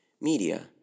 Media